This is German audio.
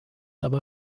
aber